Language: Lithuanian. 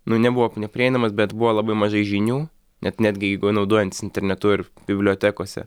nu nebuvo neprieinamas bet buvo labai mažai žinių net netgi jeigu naudojantis internetu ir bibliotekose